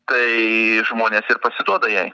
tai žmonės ir pasiduoda jai